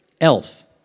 Elf